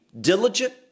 diligent